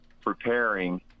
preparing